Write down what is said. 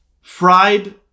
fried